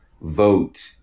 vote